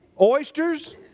Oysters